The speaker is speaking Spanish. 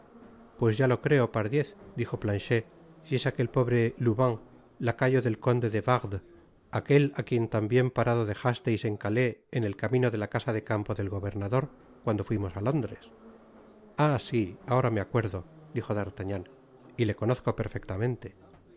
pues ya lo creo pardiez dijo planchet si es aquel pobre lubin lacayo del conde de wardes aquel á quien tambien parado dejasteis en calais en el camino de la casa de campo del gobernador cuando fuimos á londres ah si ahora me acuerdo dijo d artagnan y le conozco perfectamente